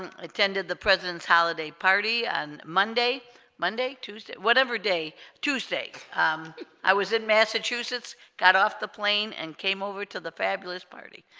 attended the president's holiday party and monday monday tuesday whatever day tuesday i was in massachusetts got off the plane and came over to the fabulous party